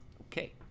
okay